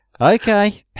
okay